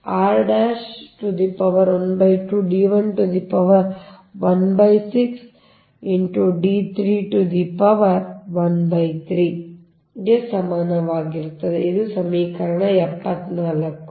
ಆದ್ದರಿಂದ ಗೆ ಸಮಾನವಾಗಿರುತ್ತದೆ ಇದು ಸಮೀಕರಣ 74 ಆಗಿದೆ